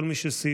לכל מי שסייעו,